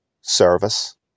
service